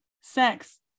sex